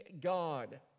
God